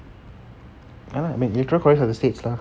ya the electorial college are the states lah